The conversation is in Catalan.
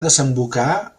desembocar